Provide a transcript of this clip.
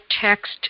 text